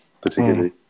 Particularly